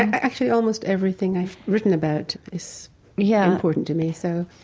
actually, almost everything i've written about is yeah important to me so